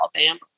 Alabama